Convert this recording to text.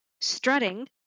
strutting